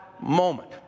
moment